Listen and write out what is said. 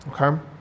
Okay